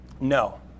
no